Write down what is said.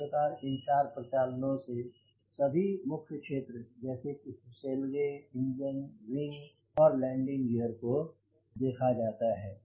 इस प्रकार इन चार प्रचालनों से से सभी मुख्य क्षेत्र जैसे कि फुसेलगे एंजिन विंग एवं लैंडिंग गियर को देखा जाता है